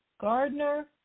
Gardner